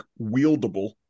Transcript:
wieldable